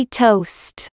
toast